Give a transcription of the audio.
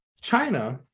China